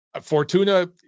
Fortuna